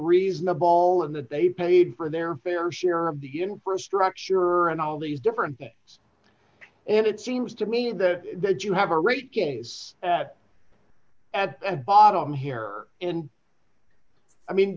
reasonable all in that they paid for their fair share of the infrastructure and all these different things and it seems to me that that you have a rate case that at the bottom here and i mean